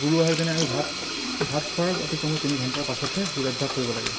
গুৰু আহাৰ যেনে আমি ভাত ভাত খোৱাৰ অতিকমেও তিনি ঘণ্টাৰ পাছতহে যোগাভ্যাস কৰিব লাগে